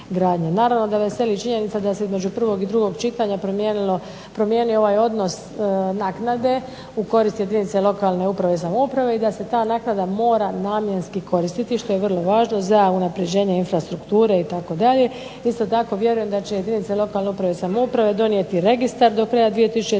Naravno da me veseli činjenica da se između prvog i drugog čitanja promijenio ovaj odnos naknade u korist jedinice lokalne uprave i samouprave i da se ta naknada mora namjenski koristiti što je vrlo važno za unapređenje infrastrukture itd. Isto tako vjerujem da će jedinice lokalne uprave i samouprave donijeti registar do kraja 2011.